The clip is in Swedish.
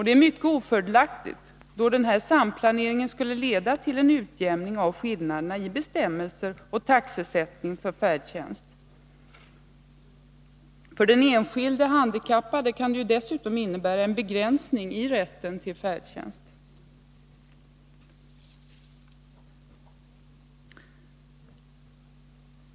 Det är mycket ofördelaktigt, då den här samplaneringen skulle leda till en utjämning av skillnaderna i bestämmelser och taxesättning för färdtjänst. För den enskilde handikappade kan det dessutom innebära en begränsning i rätten till färdtjänst.